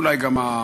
אולי גם המממן,